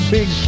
Big